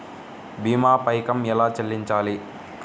భీమా పైకం ఎలా చెల్లించాలి?